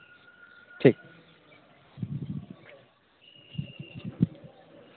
ठीक